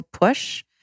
push